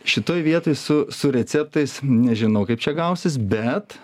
šitoj vietoj su su receptais nežinau kaip čia gausis bet